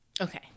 okay